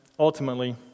ultimately